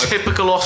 Typical